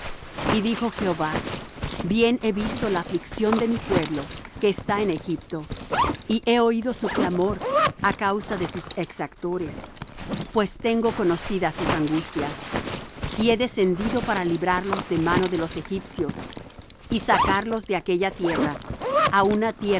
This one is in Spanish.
y dijo jehová bien he visto la aflicción de mi pueblo que está en egipto y he oído su clamor á causa de sus exactores pues tengo conocidas sus angustias y he descendido para librarlos de mano de los egipcios y sacarlos de aquella tierra á una